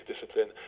discipline